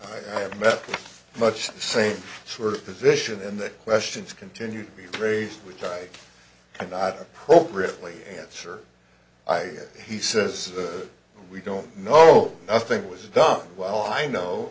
i have met much the same sort of position in the questions continue to be raised which i cannot appropriately answer i he says we don't know nothing was done while i know